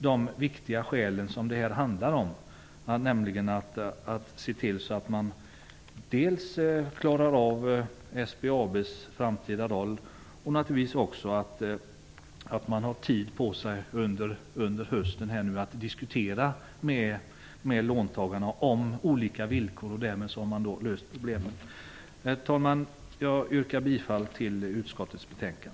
Det handlar ju nämligen om att se till dels att man klarar av SBAB:s framtida roll, dels att det finns tid att under hösten diskutera olika villkor med låntagarna. Därmed har man löst problemet. Herr talman! Jag yrkar bifall till utskottets hemställan.